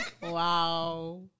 wow